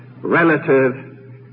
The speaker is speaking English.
relative